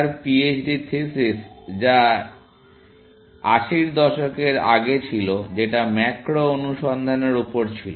তার PhD thesis যা 80 এর দশকের আগে ছিল যেটা ম্যাক্রো অনুসন্ধানের উপর ছিল